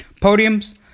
Podiums